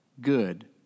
good